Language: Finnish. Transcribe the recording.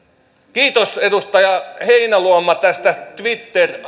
kiitos edustaja heinäluoma tästä nimestä twitter